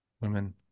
women